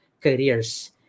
careers